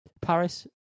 Paris